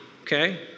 Okay